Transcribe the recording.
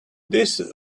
this